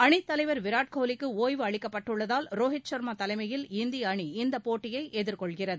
அணித் தலைவர் விராட் கோலிக்கு ஒய்வு அளிக்கப்பட்டுள்ளதால் ரோஹித் ஷர்மா தலைமையில் இந்திய அணி இந்தப் போட்டியை எதிர்கொள்கிறது